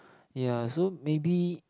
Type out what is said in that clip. ya so maybe